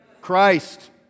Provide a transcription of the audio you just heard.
Christ